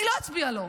אני לא אצביע לו.